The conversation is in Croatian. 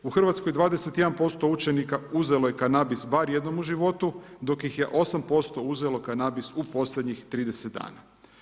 U RH 21% učenika uzelo je kanabis bar jednom u životu, dok ih je 8% uzelo kanabis u posljednjih 30 dana.